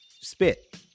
spit